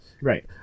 Right